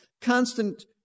constant